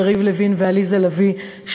יריב לוין ועליזה לביא,